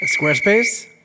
Squarespace